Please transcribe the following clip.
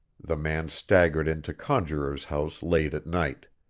the man staggered into conjuror's house late at night.